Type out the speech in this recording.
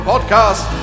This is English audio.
Podcast